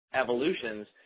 evolutions